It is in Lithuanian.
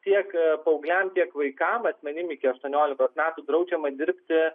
tiek paaugliam tiek vaikam asmenim iki aštuoniolikos metų draudžiama dirbti